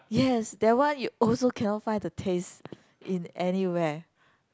yes that one you also cannot find the taste in anywhere